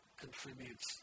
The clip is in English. contributes